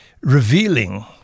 revealing